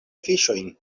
fiŝojn